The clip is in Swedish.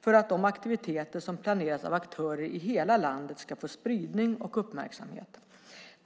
för att de aktiviteter som planeras av aktörer i hela landet ska få spridning och uppmärksamhet.